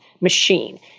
machine